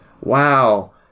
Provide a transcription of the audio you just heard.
wow